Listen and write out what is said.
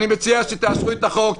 אני מציע שתאשרו את החוק,